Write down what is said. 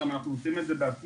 אנחנו גם עושים את זה בעצמנו.